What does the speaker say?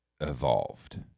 evolved